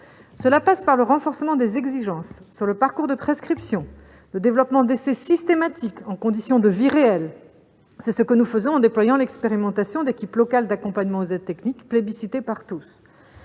Cela passe par le renforcement des exigences sur le parcours de prescription, le développement d'essais systématiques en condition de vie réelle. C'est ce que nous faisons en déployant l'expérimentation d'équipes locales d'accompagnement aux aides techniques, plébiscitée par tous.